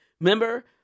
remember